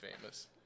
famous